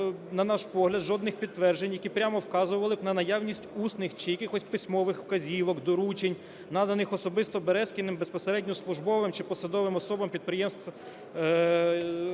на наш погляд, жодних підтверджень, які прямо вказували б на наявність усних чи якихось письмових вказівок, доручень, наданих особисто Березкіним безпосередньо службовим чи посадовим особам підприємств